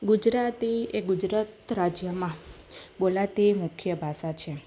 ગુજરાતી એ ગુજરાત રાજ્યમાં બોલાતી મુખ્ય ભાષા છે